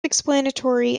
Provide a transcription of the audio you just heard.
explanatory